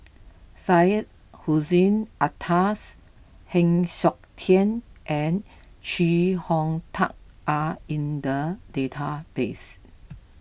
Syed Hussein Alatas Heng Siok Tian and Chee Hong Tat are in the database